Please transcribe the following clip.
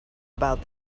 about